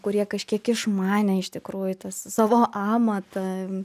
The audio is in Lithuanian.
kurie kažkiek išmanė iš tikrųjų tą savo amatą